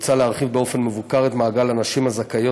מוצע להרחיב באופן מבוקר את מעגל הנשים הזכאיות